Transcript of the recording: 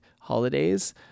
holidays